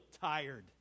tired